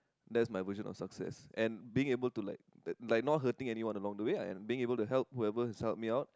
that's my version of success and being able to like like not hurt thing anyone along the way I am being able to help whoever is help me out